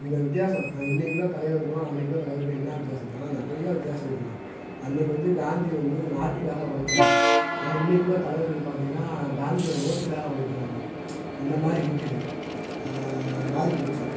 இந்த வித்தியாசம் இன்றைக்கி உள்ளே தலைவருக்கும் அன்றைக்கி உள்ளே தலைவருக்கும் என்ன வித்தியாசம்னா நிறையா வித்தியாசங்கள்ருக்கு அன்றைக்கி வந்து காந்தி வந்து நாட்டுக்காக உழைச்சாரு ஆனால் இன்றைக்கி உள்ளே தலைவர்கள் பார்த்தீங்கன்னா காந்தியோடய நோட்டுக்காக உழைக்கிறாங்க அந்தமாதிரி இருக்குது மாறி போச்சு